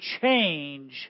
change